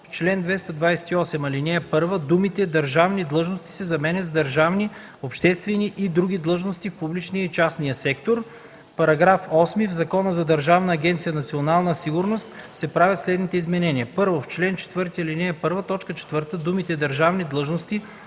в чл. 228, ал. 1 думите „държавни длъжности” се заменят с „държавни, обществени и други длъжности в публичния и частния сектор”. § 8. В Закона за Държавна агенция „Национална сигурност” се правят следните изменения: 1. В чл. 4, ал. 1, т. 4 думите „държавни длъжности”